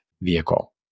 vehicle